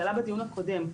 זה עלה בדיון הקודם.